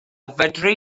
fedri